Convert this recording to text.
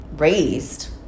Raised